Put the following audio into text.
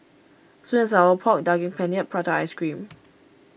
Sweet and Sour Pork Daging Penyet and Prata Ice Cream